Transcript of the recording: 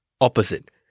opposite